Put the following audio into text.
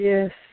Yes